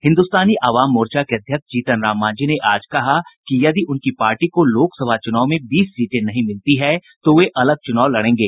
हिन्दुस्तानी अवाम मोर्चा के अध्यक्ष जीतन राम मांझी ने आज कहा कि यदि उनकी पार्टी को लोकसभा चूनाव में बीस सीटें नहीं मिलती है तो वे अलग चूनाव लड़ेंगे